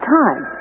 time